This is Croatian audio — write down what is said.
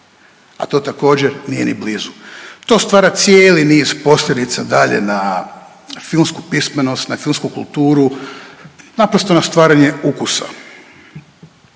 a to također nije ni blizu. To stvara cijeli niz posljedica dalje na filmsku pismenost, na filmsku kulturu naprosto na stvaranje ukusa.